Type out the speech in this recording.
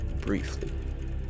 briefly